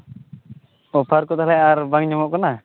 offer ᱠᱚᱫᱚ ᱛᱟᱦᱚᱞᱮ ᱟᱨ ᱵᱟᱝ ᱧᱟᱢᱚᱜ ᱠᱟᱱᱟ